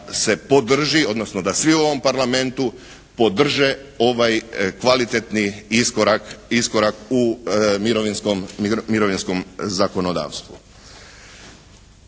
da se podrži, odnosno da svi u ovom Parlamentu podrže ovaj kvalitetni iskorak u mirovinskom zakonodavstvu.